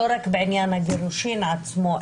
לא רק בעניין הגירושים עצמם,